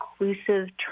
inclusive